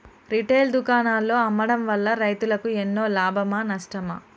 Retail దుకాణాల్లో అమ్మడం వల్ల రైతులకు ఎన్నో లాభమా నష్టమా?